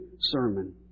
sermon